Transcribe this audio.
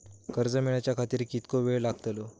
कर्ज मेलाच्या खातिर कीतको वेळ लागतलो?